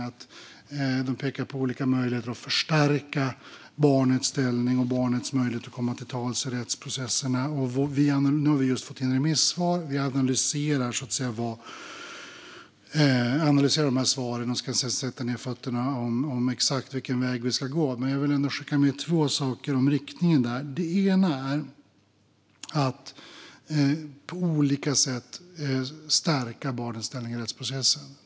Utredningen talar om olika möjligheter att förstärka barnets ställning och barnets möjlighet att komma till tals i rättsprocesserna. Nu har vi just fått in remissvar, och vi analyserar dem och ska sätta ned foten när det gäller exakt vilken väg vi ska gå. Jag vill ändå skicka med två saker om riktningen. Det ena är att på olika sätt stärka barnets ställning i rättsprocessen.